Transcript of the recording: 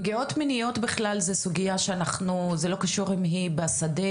פגיעות מיניות בכלל זו סוגייה שאנחנו וזה לא קשור אם היא בשדה